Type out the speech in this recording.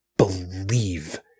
believe